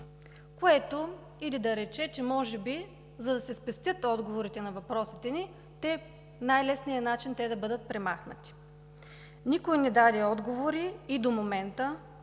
което иде да рече, че може би, за да се спестят отговорите на въпросите ни, най-лесният начин е те да бъдат премахнати. Никой не даде отговори и до момента